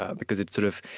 ah because it sort of